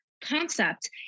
concept